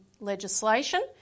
legislation